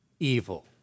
evil